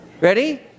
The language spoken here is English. Ready